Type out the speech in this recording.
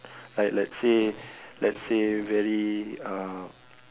like let's say let's say very uh